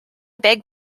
beg